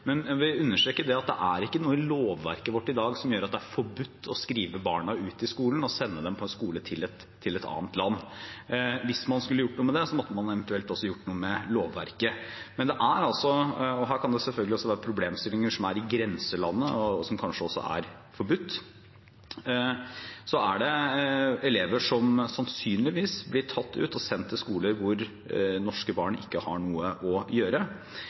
Men jeg vil understreke at det er ikke noe i lovverket vårt i dag som gjør det forbudt å skrive barn ut av skolen og sende dem på skole i et annet land. Hvis man skulle gjort noe med det, måtte man eventuelt ha gjort noe med lovverket. Men det er også – og her kan det være problemstillinger som er i grenselandet, og som kanskje også er forbudt – elever som sannsynligvis blir tatt ut og sendt til skoler hvor norske barn ikke har noe å gjøre.